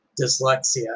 dyslexia